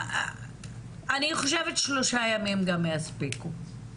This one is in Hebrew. אני חושבת שלושה ימים גם יספיקו.